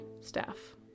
staff